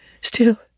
Still